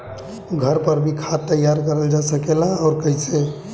घर पर भी खाद तैयार करल जा सकेला और कैसे?